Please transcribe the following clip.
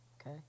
okay